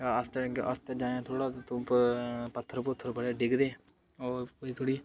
जा आस्तै आस्तै जायां थोह्ड़ा उप पत्थर पुत्थर बड़े डिग्गदे होर थोह्ड़ी थोह्ड़ी